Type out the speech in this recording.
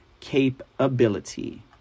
capability